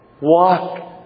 Walk